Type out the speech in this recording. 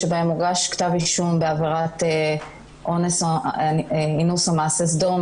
שבהם הוגש כתב אישום בעבירת אינוס או מעשה סדום,